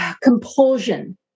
compulsion